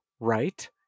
Right